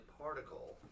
particle-